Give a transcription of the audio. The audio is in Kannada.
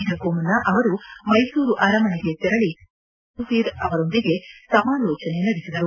ಇದಕ್ಕೂ ಮುನ್ನ ಅವರು ಮೈಸೂರು ಅರಮನೆಗೆ ತೆರಳಿ ರಾಜವಂಶಸ್ಥ ಯಧುವೀರ್ ಅವರೊಂದಿಗೆ ಸಮಾಲೋಚನೆ ನಡೆಸಿದರು